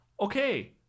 okay